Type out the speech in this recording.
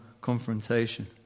confrontation